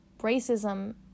racism